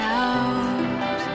out